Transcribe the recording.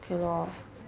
okay loh